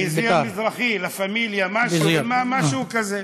היציע המזרחי, "לה פמיליה", משהו כזה.